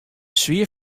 swier